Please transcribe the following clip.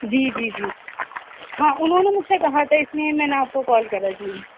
جی جی جی ہاں انھوں نے مجھ سی کہا تھا اس لیے میں نے آپ کو کال کرا جی